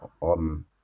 on